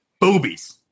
boobies